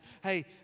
hey